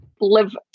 live